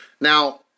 Now